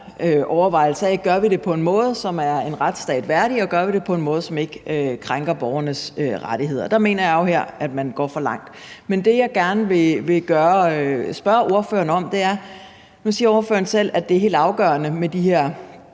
gør det på en måde, som er en retsstat værdig, og om vi gør det på en måde, som ikke krænker borgernes rettigheder. Og der mener jeg jo, at man her går for langt. Men det, jeg gerne vil spørge ordføreren om, vedrører, at ordføreren nu selv